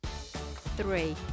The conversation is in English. Three